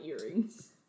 earrings